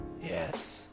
Yes